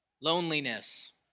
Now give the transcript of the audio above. loneliness